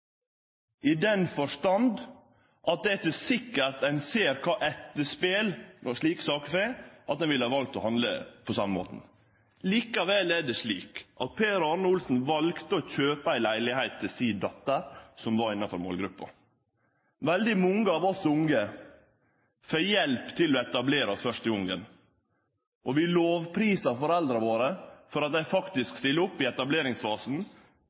forstand at det er ikkje sikkert, når ein ser kva etterpel slike saker får, at ein ville valt å handle på same måten. Likevel er det slik at Per Arne Olsen valde å kjøpe ei leilegheit til dottera si, som var innanfor målgruppa. Mange av oss unge får hjelp til å etablere oss første gongen. Vi lovprisar foreldra våre for at dei faktisk stiller opp i etableringsfasen